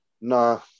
No